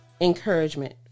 encouragement